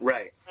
Right